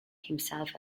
himself